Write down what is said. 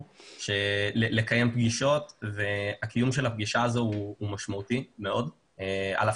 קיום הפגישה הזאת הוא משמעותי מאוד על אף